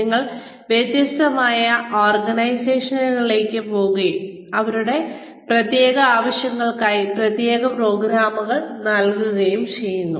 ഞങ്ങൾ വ്യത്യസ്ത ഓർഗനൈസേഷനുകളിലേക്ക് പോകുകയും അവരുടെ പ്രത്യേക ആവശ്യങ്ങൾക്കായി പ്രത്യേക പ്രോഗ്രാമുകൾ നൽകുകയും ചെയ്യുന്നു